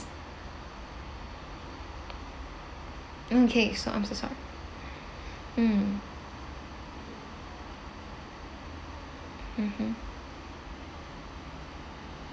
okay so I'm so sorry mm mmhmm